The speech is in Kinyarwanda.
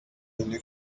nini